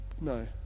no